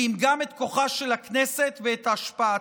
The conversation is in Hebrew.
כי אם גם את כוחה של הכנסת ואת השפעתה.